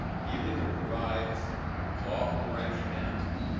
even if it provides lawful rationale,